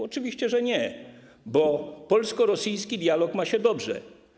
Oczywiście, że nie, bo polsko-rosyjski dialog ma się dobrze.